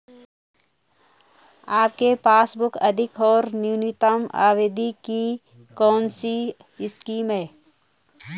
आपके पासबुक अधिक और न्यूनतम अवधि की कौनसी स्कीम है?